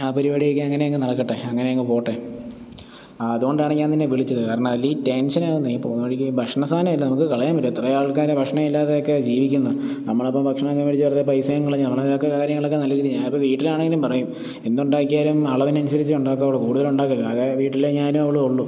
ആ പരിപാടിയൊക്കെ അങ്ങനെ അങ്ങ് നടക്കട്ടെ അങ്ങനെ അങ്ങ് പോട്ടെ ആ അതുകൊണ്ടാണ് ഞാൻ നിന്നെ വിളിച്ചത് കാരണം അല്ലെങ്കിൽ ടെൻഷനാകുമെന്നെ പോവുന്ന വഴിക്ക് ഭക്ഷണ സാധനമല്ലേ നമുക്ക് കളയാൻ പറ്റുമോ എത്രയോ ആൾക്കാരാണ് ഭക്ഷണമൊന്നുമില്ലാതെയൊക്കെ ജീവിക്കുന്നു നമ്മൾ അപ്പം ഭക്ഷണം ഇങ്ങനെ മേടിച്ച് വെറുതെ പൈസയും കളഞ്ഞ് നമ്മൾ അതൊക്കെ കാര്യങ്ങളൊക്കെ നല്ല രീതിയിൽ ഞാൻ ഇപ്പം വീട്ടിലാണെങ്കിലും പറയും എന്തുണ്ടാക്കിയാലും അളവിനന് അനുസരിച്ചേ ഉണ്ടാക്കാവുള്ളൂ കൂടുതൽ ഉണ്ടാക്കരുത് കാര്യം ഇത് വീട്ടിൽ ഞാനും അവളുമെ ഉള്ളു